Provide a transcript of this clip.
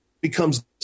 becomes